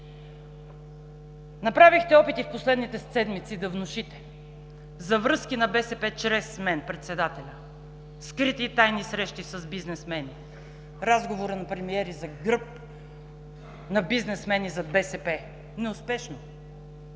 Направихте опити в последните седмици да внушите за връзки на БСП чрез мен – председателя, за скрити и тайни срещи с бизнесмени, разговор на премиер и за гръб на бизнесмени зад БСП – неуспешно.